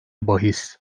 bahis